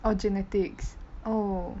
or genetics oh